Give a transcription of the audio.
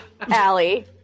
Allie